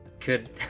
Could-